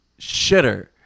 Shitter